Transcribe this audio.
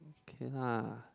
okay lah